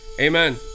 amen